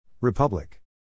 Republic